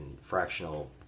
fractional